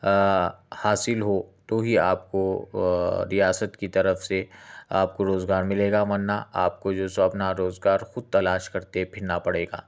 آ حاصل ہو تو ہی آپ کو ریاست کی طرف سے آپ کو روزگار ملے گا ورنہ آپ کو جو سو اپنا روزگار خود تلاش کرتے پھرنا پڑے گا